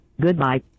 Goodbye